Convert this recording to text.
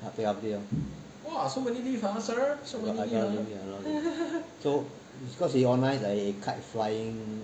I take half day lor I got a lot of leave I got a lot of leave so cause she organise like kite flying